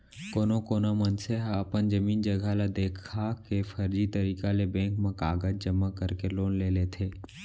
कोनो कोना मनसे ह अपन जमीन जघा ल देखा के फरजी तरीका ले बेंक म कागज जमा करके लोन ले लेथे